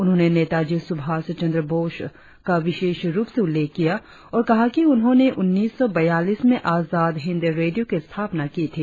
उन्होंने नेताजी सुभाषचंद्र बोस का विशेष रुप से उल्लेख किया और कहा कि उन्होंने उन्नीस सौ ब्यालीस में आजाद हिंद रेडियों की स्थापना की थी